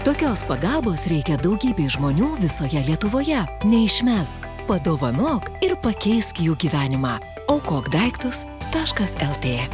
tokios pagalbos reikia daugybei žmonių visoje lietuvoje neišmesk padovanok ir pakeisk jų gyvenimą aukok daiktus taškas lt